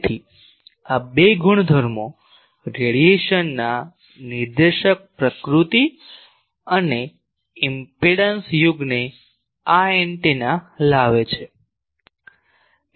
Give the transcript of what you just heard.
તેથી આ બે ગુણધર્મો રેડીએશનના નિર્દેશક પ્રકૃતિ અને ઈમ્પેડંસ યુગને આ એન્ટેના લાવે છે